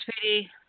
sweetie